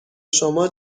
شما